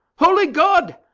holy god!